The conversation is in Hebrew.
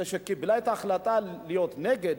כאשר קיבלה את ההחלטה להיות נגד,